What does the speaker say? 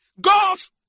God's